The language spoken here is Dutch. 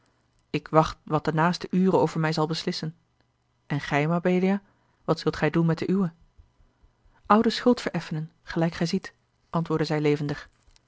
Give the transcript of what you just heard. ik wacht wat de naaste ure over mij zal beslissen en gij mabelia wat zult gij doen met de uwe oude schuld vereffenen gelijk gij ziet antwoordde zij levendig